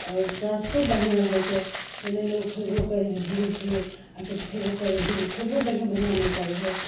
आओर स्वास्थो बढ़िआँ रहै छै पहिले लोक खएबो करय ढेरिके आब किछु खएबो करै खएबो बढ़िआँ बढ़िआँ नहि करै रहै